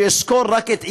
אסקור רק את עיקרן.